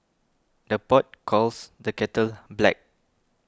the pot calls the kettle black